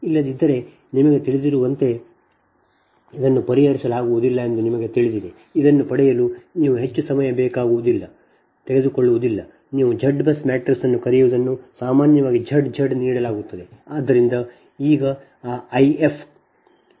ಇಲ್ಲದಿದ್ದರೆ ನಿಮಗೆ ತಿಳಿದಿರುವಂತೆ ಇದನ್ನು ಪರಿಹರಿಸಲಾಗುವುದಿಲ್ಲ ಎಂದು ನಿಮಗೆ ತಿಳಿದಿದೆ ಇದನ್ನು ಪಡೆಯಲು ನೀವು ಹೆಚ್ಚು ಸಮಯ ತೆಗೆದುಕೊಳ್ಳುವುದಿಲ್ಲ ನೀವು Z ಬಸ್ ಮ್ಯಾಟ್ರಿಕ್ಸ್ ಎಂದು ಕರೆಯುವದನ್ನು ಸಾಮಾನ್ಯವಾಗಿ Z Z ನೀಡಲಾಗುತ್ತದೆ